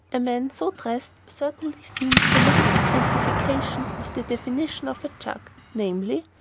a man so dressed certainly seems the living exemplification of the definition of a jug, namely,